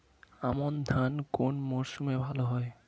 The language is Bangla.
আমন ধান কোন মরশুমে ভাল হয়?